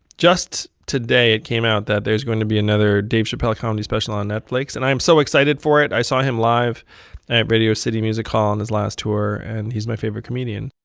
just today it came out that there's going to be another dave chappelle comedy special on netflix, and i am so excited for it. i saw him live at radio city music hall on his last tour, and he's my favorite comedian.